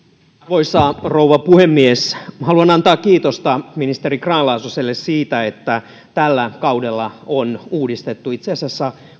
arvoisa rouva puhemies haluan antaa kiitosta ministeri grahn laasoselle siitä että tällä kaudella on uudistettu itse asiassa